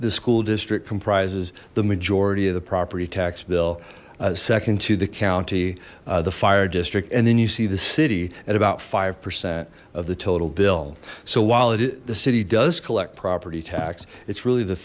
the school district comprises the majority of the property tax bill second to the county the fire district and then you see the city at about five percent of the total bill so while it the city does collect property tax it's really the